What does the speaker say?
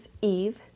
Eve